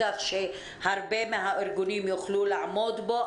כך שהרבה מהארגונים יוכלו לעמוד בו,